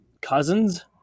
cousins